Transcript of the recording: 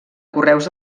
correus